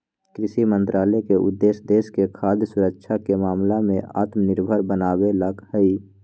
कृषि मंत्रालय के उद्देश्य देश के खाद्य सुरक्षा के मामला में आत्मनिर्भर बनावे ला हई